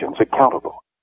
accountable